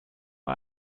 nur